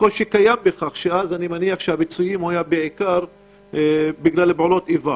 הקושי קיים בכך שאני מניח שאז הפיצויים היו בעיקר בגלל פעולות איבה.